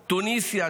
תוניסיה,